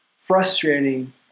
frustrating